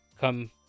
come